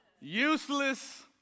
Useless